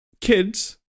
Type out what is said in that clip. kids